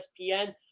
ESPN